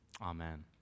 Amen